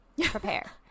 prepare